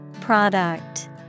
Product